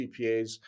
CPAs